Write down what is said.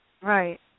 Right